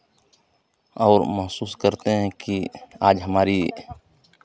और महसूस करते हैं कि आज हमारी